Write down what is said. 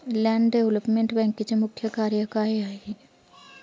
Land development बँकेचे मुख्य कार्य काय आहे?